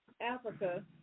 Africa